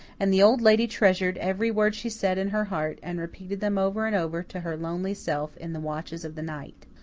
and the old lady treasured every word she said in her heart and repeated them over and over to her lonely self in the watches of the night.